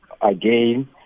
again